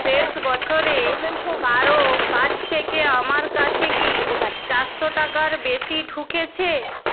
শেষ বছরে কারও কাছ থেকে আমার কাছে কি চারশো টাকার বেশি ঢুকেছে